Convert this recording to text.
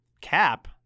Cap